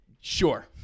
Sure